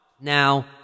Now